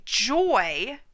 joy